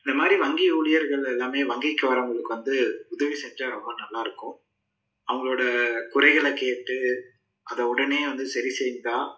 இந்த மாதிரி வங்கி ஊழியர்கள் எல்லாமே வங்கிக்கு வரவங்களுக்கு வந்து உதவி செஞ்சால் ரொம்ப நல்லா இருக்கும் அவங்களோட குறைகளை கேட்டு அதை உடனே வந்து சரி செய்தால்